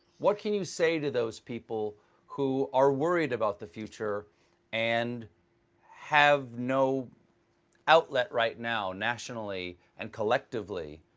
what can you say to those people who are worried about the future and have no outlet right now, nationally and collectively,